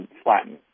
flatten